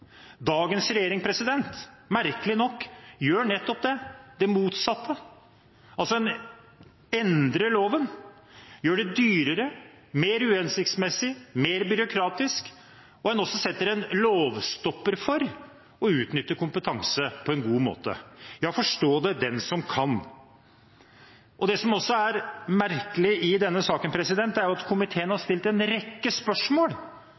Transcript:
Dagens regjering gjør – merkelig nok – nettopp det, det motsatte. En endrer loven, gjør det dyrere, mer uhensiktsmessig, mer byråkratisk, og en setter en stopper for ved lov å utnytte kompetanse på en god måte. Forstå det den som kan. Det som også er merkelig i denne saken, er at komiteen har stilt en rekke spørsmål